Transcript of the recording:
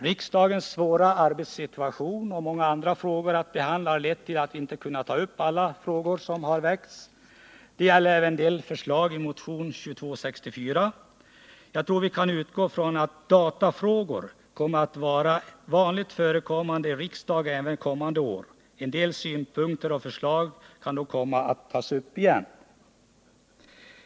Riksdagens svåra arbetssituation med många andra ärenden att behandla har lett till att vi inte kunnat ta upp alla frågor som väckts. Det gäller en del förslag i motionen 2264. Jag tror vi kan utgå ifrån att datafrågor kommer att vara vanligt förekommande i riksdagen även kommande år. En del synpunkter och förslag kan då komma att tas upp igen.